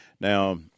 Now